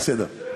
זה לא נכון.